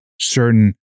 certain